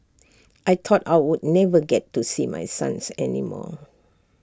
I thought I would never get to see my sons any more